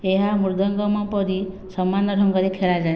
ଏହା ମୃଦଙ୍ଗମ ପରି ସମାନ ଢଙ୍ଗରେ ଖେଳାଯାଏ